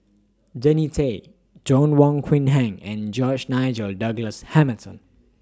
Jannie Tay Joanna Wong Quee Heng and George Nigel Douglas Hamilton